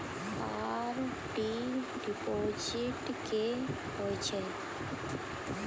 RD deposit की होय छै?